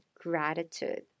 gratitude